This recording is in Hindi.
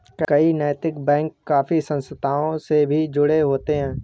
कई नैतिक बैंक काफी संस्थाओं से भी जुड़े होते हैं